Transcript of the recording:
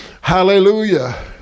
Hallelujah